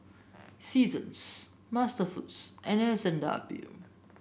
Seasons MasterFoods and S and W